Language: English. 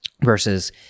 versus